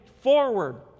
forward